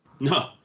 No